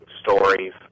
stories